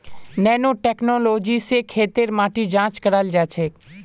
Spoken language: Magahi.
नैनो टेक्नोलॉजी स खेतेर माटी जांच कराल जाछेक